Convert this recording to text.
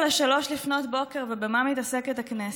02:45, ובמה מתעסקת הכנסת.